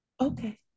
Okay